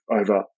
over